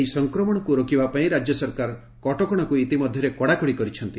ଏହି ସଂକ୍ରମଣକୁ ରୋକିବା ପାଇଁ ରାଜ୍ୟ ସରକାର କଟକଣାକୁ ଇତିମଧ୍ଘରେ କଡ଼ାକଡ଼ି କରିଛନ୍ତି